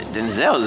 Denzel